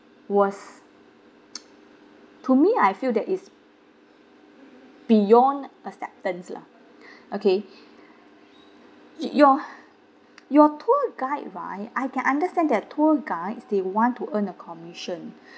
was to me I feel that it's beyond acceptance lah okay y~ your your tour guide right I can understand that tour guides they want to earn a commission